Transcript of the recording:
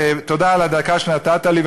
תודה על הדקה שנתת לי.